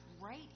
right